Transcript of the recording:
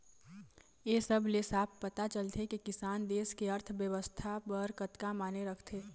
ए सब ले साफ पता चलथे के किसान देस के अर्थबेवस्था बर कतका माने राखथे